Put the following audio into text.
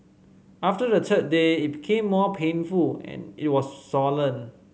after the third day it became more painful and it was swollen